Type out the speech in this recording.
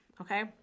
okay